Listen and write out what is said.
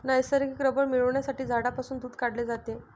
नैसर्गिक रबर मिळविण्यासाठी झाडांपासून दूध काढले जाते